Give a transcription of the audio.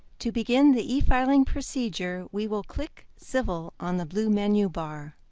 to begin the e-filing procedure, we will click civil on the blue menu bar.